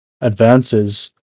advances